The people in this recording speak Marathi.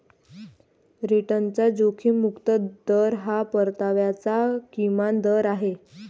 रिटर्नचा जोखीम मुक्त दर हा परताव्याचा किमान दर आहे